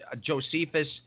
Josephus